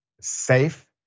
safe